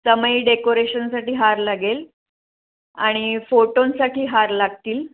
समई डेकोरेशनसाठी हार लागेल आणि फोटोंसाठी हार लागतील